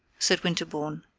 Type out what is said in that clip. said winterbourne.